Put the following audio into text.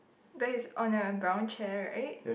but is on a brown chair right